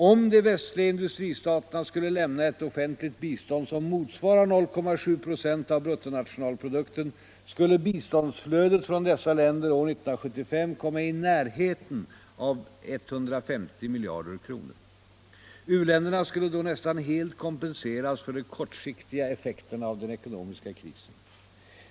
Om de västliga industristaterna skulle lämna ett offentligt bistånd som motsvarar 0,7 26 av bruttonationalprodukten, skulle biståndsflödet från dessa länder år 1975 komma i närheten av 150 miljarder kr. U-länderna skulle då nästan helt kompenseras för de kortsiktiga effekterna av den ekonomiska krisen.